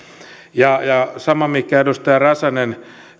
sama mihin edustaja räsänen